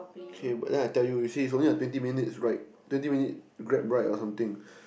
okay but then I tell you you see it's only a twenty minutes ride twenty minute Grab Ride or something